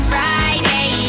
Friday